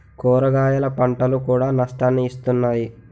కూరగాయల పంటలు కూడా నష్టాన్ని ఇస్తున్నాయి